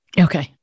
Okay